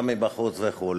גם מבחוץ וכו',